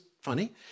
funny